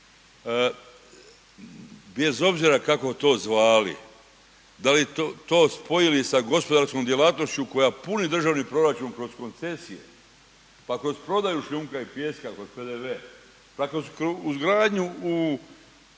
Bez obzira kako to zvali, da li to spojili sa gospodarskom djelatnošću koja puni državni proračun kroz koncesije, pa kroz prodaju šljunka i pijeska, kroz PDV, pa kroz izgradnju u